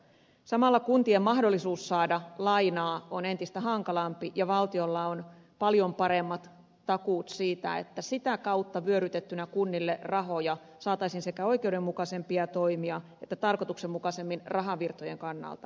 samalla kuntien mahdollisuus saada lainaa hankaloituu entisestään ja valtiolla on paljon paremmat takuut siitä että sitä kautta vyörytettynä kunnille rahoja saataisiin oikeudenmukaisempia toimia ja se myös tapahtuisi tarkoituksenmukaisemmin rahavirtojen kannalta